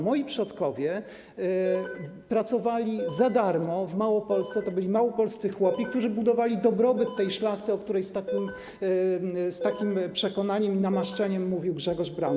Moi przodkowie pracowali za darmo w Małopolsce, to byli małopolscy chłopi, którzy budowali dobrobyt tej szlachty, o której z takim przekonaniem i namaszczeniem mówił Grzegorz Braun.